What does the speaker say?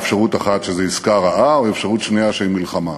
אפשרות אחת שזו עסקה רעה ואפשרות שנייה של מלחמה.